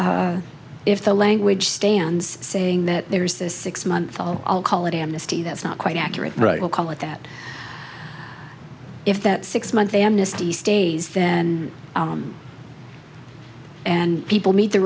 if the language stands saying that there's this six month i'll call it amnesty that's not quite accurate right well call it that if that six month amnesty stays then and people meet the